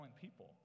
people